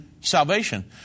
salvation